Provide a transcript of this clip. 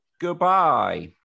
goodbye